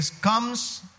comes